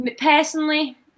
Personally